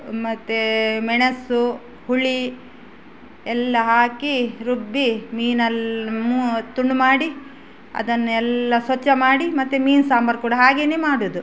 ಮತ್ತು ಮೆಣಸು ಹುಳಿ ಎಲ್ಲ ಹಾಕಿ ರುಬ್ಬಿ ಮೀನಲ್ಲಿ ತುಂಡು ಮಾಡಿ ಅದನ್ನು ಎಲ್ಲ ಸ್ವಚ್ಛ ಮಾಡಿ ಮತ್ತೆ ಮೀನು ಸಾಂಬಾರು ಕೂಡ ಹಾಗೆಯೇ ಮಾಡೋದು